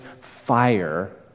fire